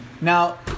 Now